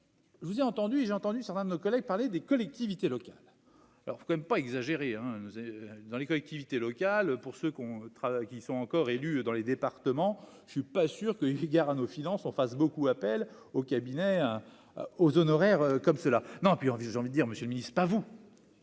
je vous ai entendu, j'ai entendu certains de nos collègues, parler des collectivités locales, alors faut quand même pas exagérer hein nous et dans les collectivités locales pour ce con trat qui sont encore élus dans les départements, je ne suis pas sûr que Edgar à nos finances en fasse beaucoup appel au cabinet hein aux honoraires comme cela non puis envisageant lui dire : Monsieur le Ministre, pas vous.